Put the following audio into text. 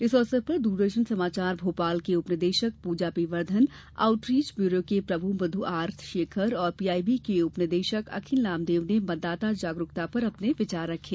इस अवसर पर दूरदर्शन समाचार भोपाल की उपनिदेशक प्रजा पी वर्धन आउटरीच ब्यूरो के प्रमुख मध्य आर शेखर और पीआईबी के उपनिदेशक अखिल नामदेव ने मतदाता जागरुकता पर अपने विचार रखे